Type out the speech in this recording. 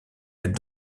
êtes